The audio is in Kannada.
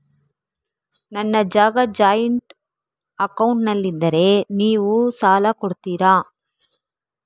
ನನ್ನ ಜಾಗ ಜಾಯಿಂಟ್ ಅಕೌಂಟ್ನಲ್ಲಿದ್ದರೆ ನೀವು ಸಾಲ ಕೊಡ್ತೀರಾ?